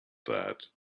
that